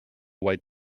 white